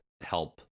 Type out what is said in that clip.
help